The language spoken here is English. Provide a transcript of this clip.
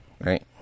Right